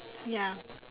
ya